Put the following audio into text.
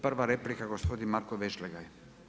Prva replika gospodin Marko Vešligaj.